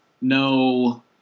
no